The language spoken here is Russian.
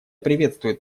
приветствует